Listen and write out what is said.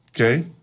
okay